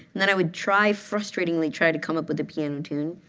and then i would try, frustratingly, try to come up with a piano tune.